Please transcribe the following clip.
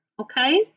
okay